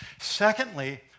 Secondly